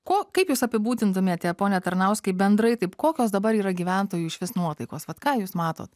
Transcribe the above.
ko kaip jūs apibūdintumėte pone tarnauskai bendrai taip kokios dabar yra gyventojų išvis nuotaikos vat ką jūs matot